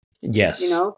Yes